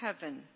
heaven